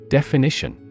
Definition